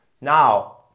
Now